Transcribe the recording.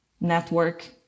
network